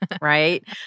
right